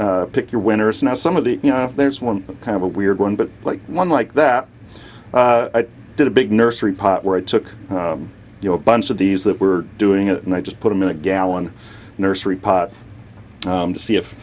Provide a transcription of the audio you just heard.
pick your winners now some of the you know if there's one kind of a we're going but like one like that did a big nursery pot where i took a bunch of these that were doing it and i just put them in a gallon nursery pots to see if